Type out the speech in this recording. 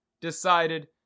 decided